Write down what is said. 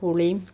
പുളീം